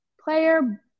player